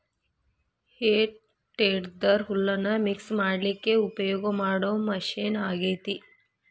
ಹೇ tedder ಹುಲ್ಲನ್ನ mix ಮಾಡ್ಲಿಕ್ಕೆ ಉಪಯೋಗ ಮಾಡೋ ಮಷೇನ್ ಆಗೇತಿ